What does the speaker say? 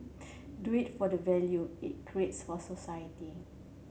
do it for the value it creates for society